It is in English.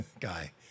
guy